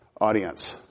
audience